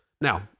Now